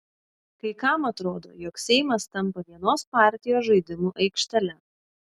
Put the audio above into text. kai kam atrodo jog seimas tampa vienos partijos žaidimų aikštele